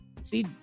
see